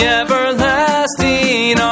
everlasting